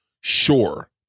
sure